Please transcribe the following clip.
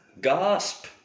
Gasp